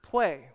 Play